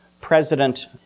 president